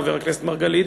חבר הכנסת מרגלית,